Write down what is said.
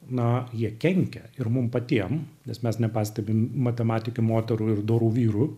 na jie kenkia ir mum patiem nes mes nepastebim matematikių moterų ir dorų vyrų